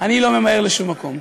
אני לא ממהר לשום מקום.